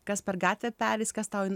kas per gatvę pereis kas tau į